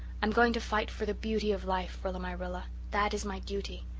i'm going to fight for the beauty of life, rilla-my-rilla that is my duty.